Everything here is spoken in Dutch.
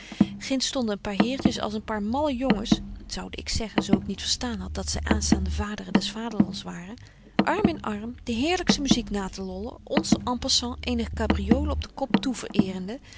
ginds stonden een paar heertjes als een paar malle jongens zoude ik zeggen zo ik niet verstaan had dat zy aanstaande vaderen des vaderlands waren arm in arm de heerlykste muziek na te lollen ons en passant eenige cabriolen op de koop toe verëerende